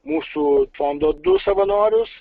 mūsų fondo du savanorius